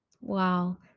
Wow